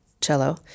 cello